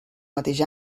mateix